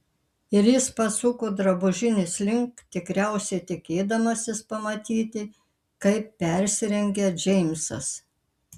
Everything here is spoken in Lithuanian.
ir jis pasuko drabužinės link tikriausiai tikėdamasis pamatyti kaip persirengia džeimsas